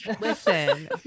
Listen